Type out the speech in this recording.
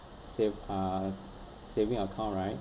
save uh saving account right